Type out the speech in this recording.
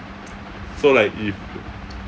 so like if